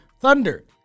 Thunder